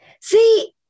See